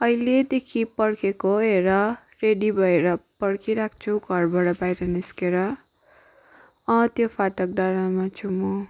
अहिलेदेखि पर्खेको हो हेर रेडी भएर पर्खिरहेको छु घरबाट बाहिर निस्केर त्यो फाटक डाँडामा छु म